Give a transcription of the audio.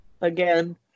again